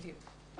בדיוק.